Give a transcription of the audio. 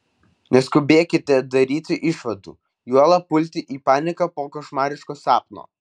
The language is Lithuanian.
neskubėkite daryti išvadų juolab pulti į paniką po košmariško sapno